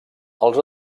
els